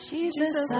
Jesus